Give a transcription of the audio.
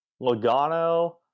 Logano